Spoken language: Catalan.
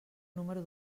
número